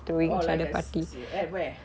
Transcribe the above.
oh like like at where